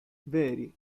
veri